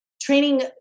training